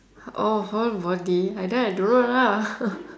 orh whole body I then I don't know lah